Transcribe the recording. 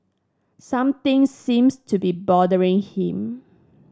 something seems to be bothering him